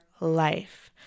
life